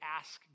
ask